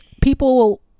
people –